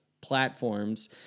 platforms